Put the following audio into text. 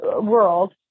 world